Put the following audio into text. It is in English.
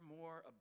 more